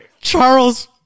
Charles